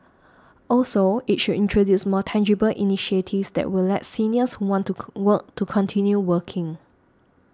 also it should introduce more tangible initiatives that will let seniors who want to work to continue working